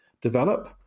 develop